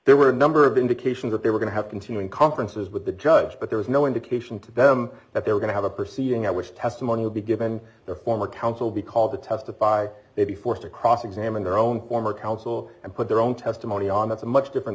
there were a number of indications that they were going to have continuing conferences with the judge but there was no indication to them that they were going to have a proceeding at which testimony would be given their former counsel be called to testify they'd be forced to cross examine their own former counsel and put their own testimony on that's a much different